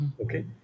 okay